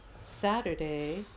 Saturday